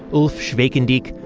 ulf schwekendiek,